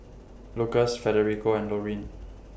Lukas Federico and Lorine